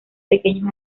pequeños